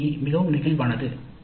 ADDIE மிகவும் நெகிழ்வானது